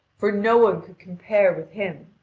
for no one could compare with him.